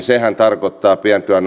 sehän tarkoittaa